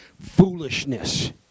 foolishness